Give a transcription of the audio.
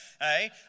hey